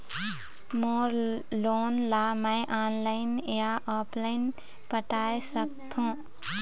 मोर loan ला मैं online या ऑफलाइन पटाए सकथों?